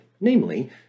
namely